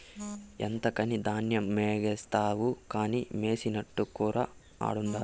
ఎంతకని ధాన్యమెగారేస్తావు కానీ మెసినట్టుకురా ఆడుండాది